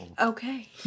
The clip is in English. okay